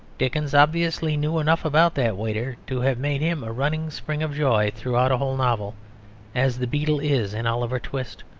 dickens obviously knew enough about that waiter to have made him a running spring of joy throughout a whole novel as the beadle is in oliver twist,